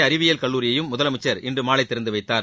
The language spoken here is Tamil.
அறிவியல் கல்லூரியையும் முதலமைச்சர் இன்று மாலை திறந்துவைத்தார்